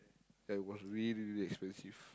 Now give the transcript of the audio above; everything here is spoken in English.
like it was really really expensive